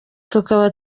tukaba